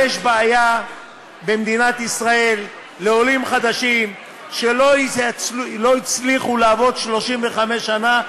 יש בעיה במדינת ישראל לעולים חדשים שלא הצליחו לעבוד 35 שנה,